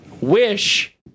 Wish